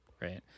right